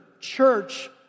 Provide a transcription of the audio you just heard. church